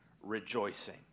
rejoicing